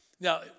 Now